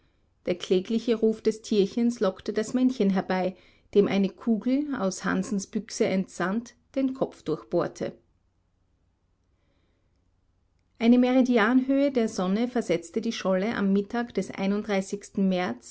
der klägliche ruf des tierchens lockte das männchen herbei dem eine kugel aus hansens büchse entsandt den kopf durchbohrte eine meridianhöhe der sonne versetzte die scholle am mittag des märz